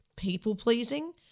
people-pleasing